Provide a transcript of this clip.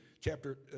chapter